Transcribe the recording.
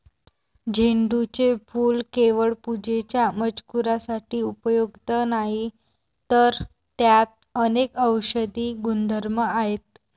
झेंडूचे फूल केवळ पूजेच्या मजकुरासाठी उपयुक्त नाही, तर त्यात अनेक औषधी गुणधर्म आहेत